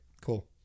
cool